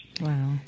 Wow